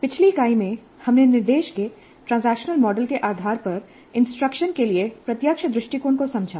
पिछली इकाई में हमने निर्देश के ट्रांजैक्शनल मॉडल के आधार पर इंस्ट्रक्शन के लिए प्रत्यक्ष दृष्टिकोण को समझा